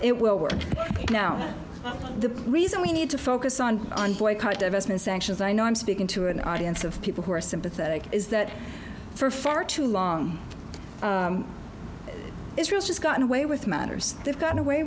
it will work now the reason we need to focus on and boycott divestment sanctions i know i'm speaking to an audience of people who are sympathetic is that for far too long israel has gotten away with matters they've gotten away